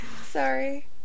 sorry